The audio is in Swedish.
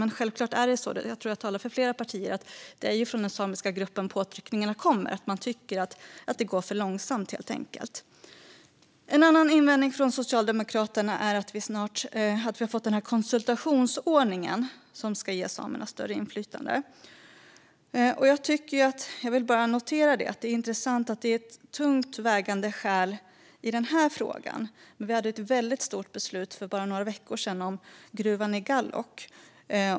Men givetvis är det från den samiska gruppen påtryckningarna kommer; man tycker att det går för långsamt. En annan invändning från Socialdemokraterna var att vi har fått konsultationsordningen, som ska ge samerna större inflytande. Det är intressant att det var ett tungt vägande skäl i denna fråga men inte i det stora beslutet om gruvan i Gállok för bara några veckor sedan.